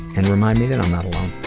and reminding me that i'm not alone.